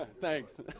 Thanks